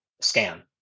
scan